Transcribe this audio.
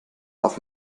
auf